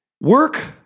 Work